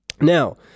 Now